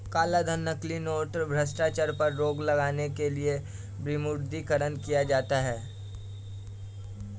कालाधन, नकली नोट, भ्रष्टाचार पर रोक लगाने के लिए विमुद्रीकरण किया जाता है